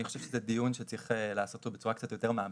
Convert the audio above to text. אני חושב שזה דיון שצריך לעשות אותו בצורה קצת יותר מעמיקה,